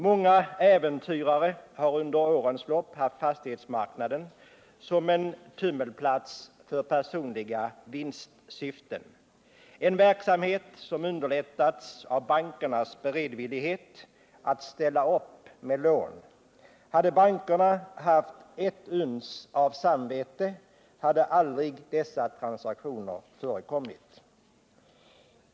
Många äventyrare har under årens lopp haft fastighetsmarknaden som en tummelplats för personliga vinstsyften, en verksamhet som underlättats av bankernas beredvillighet att ställa upp med lån. Hade bankerna haft ett uns av samvete hade aldrig dessa transaktioner förekommit.